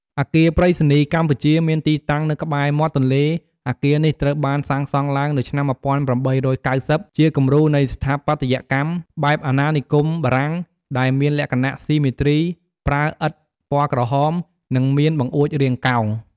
អគារប្រៃសណីយ៍កម្ពុជា មានទីតាំងនៅក្បែរមាត់ទន្លេ អគារនេះត្រូវបានសាងសង់ឡើងនៅឆ្នាំ ១៨៩០ ជាគំរូនៃស្ថាបត្យកម្មបែបអាណានិគមបារាំង ដែលមានលក្ខណៈស៊ីមេទ្រី ប្រើឥដ្ឋពណ៌ក្រហម និងមានបង្អួចរាងកោង។